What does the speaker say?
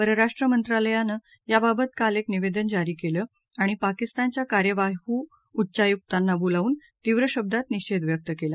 परराष्ट्र मंत्रालयानं याबाबत काल एक निवेदन जारी केलं आणि पाकिस्तानच्या कार्यवाह उच्चायुक्तांना बोलावून तीव्र शब्दात निषेध व्यक्त केला